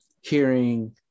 hearing